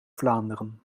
vlaanderen